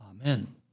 Amen